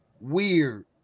weird